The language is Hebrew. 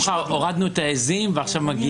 צריך להבין